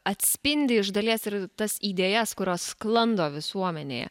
atspindi iš dalies ir tas idėjas kurios sklando visuomenėje